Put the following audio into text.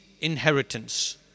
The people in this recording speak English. inheritance